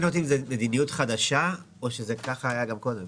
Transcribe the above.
אותי אם זה מדיניות חדשה או שכך זה היה גם קודם,